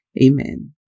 Amen